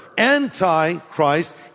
Anti-Christ